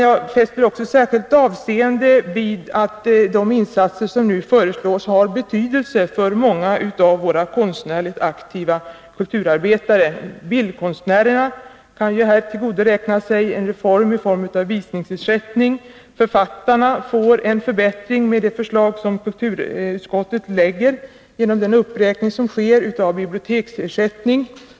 Jag fäster också särskilt avseende vid att de insatser som nu föreslås har betydelse för många av våra konstnärligt aktiva kulturarbetare. Bildkonstnärerna kan här tillgodoräkna sig en reform i form av visningsersättning. Författarna får en förbättring med det förslag som kulturutskottet lägger fram genom den uppräkning som sker av biblioteksersättningen.